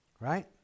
Right